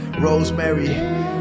Rosemary